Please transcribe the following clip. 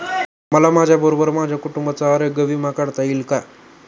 मला माझ्याबरोबर माझ्या कुटुंबाचा आरोग्य विमा काढता येईल का?